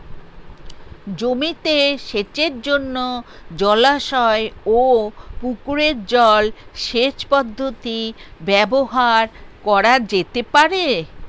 জমিতে সেচের জন্য জলাশয় ও পুকুরের জল সেচ পদ্ধতি ব্যবহার করা যেতে পারে?